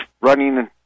running